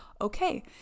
okay